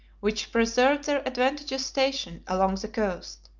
which preserved their advantageous station along the coast.